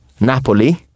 Napoli